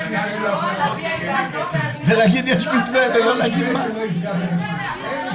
בן גביר - הציונות הדתית: אנחנו רוצים